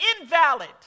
invalid